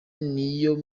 niyo